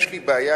יש לי בעיה.